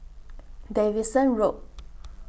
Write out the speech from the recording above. Davidson Road